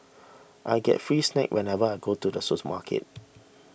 I get free snacks whenever I go to the supermarket